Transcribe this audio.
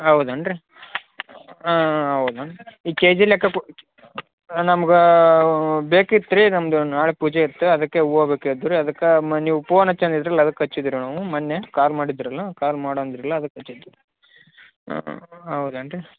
ಹೌದ್ ಏನು ರೀ ಹೌದ ಈ ಕೆಜಿ ಲೆಕ್ಕ ಕೊ ನಮ್ಗೆ ಬೇಕಿತ್ರಿ ನಮ್ಮದು ನಾಳೆ ಪೂಜೆ ಇತ್ತು ಅದ್ಕೆ ಹೂವು ಬೇಕಾಗಿದ್ವು ರೀ ಅದ್ಕೆ ಮೊನ್ನೆ ನೀವು ಪೋನ್ ಹಚ್ಚಿ ಅಂದಿದ್ರಲ್ಲ ಅದಕ್ಕೆ ಹಚ್ಚಿದೀವಿ ರೀ ನಾವು ಮೊನ್ನೆ ಕಾಲ್ ಮಾಡಿದ್ರಲ್ಲ ಕಾಲ್ ಮಾಡು ಅಂದ್ರಲ್ಲ ಅದ್ಕೆ ಹಚ್ಚಿದ್ದು ಹ್ಞೂ ಹ್ಞೂ ಹೌದೆನ್ ರೀ